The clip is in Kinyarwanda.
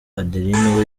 adeline